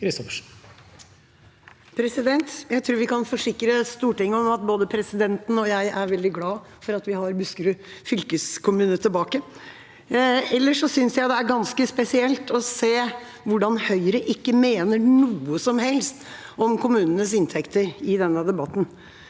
Jeg tror vi kan forsikre Stortinget om at både presidenten og jeg er veldig glad for at vi har Buskerud fylkeskommune tilbake. Ellers synes jeg det er ganske spesielt å se hvordan Høyre ikke mener noe som helst om kommunenes inntekter i denne debatten.